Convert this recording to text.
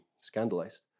scandalized